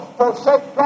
forsake